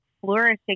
flourishing